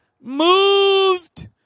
moved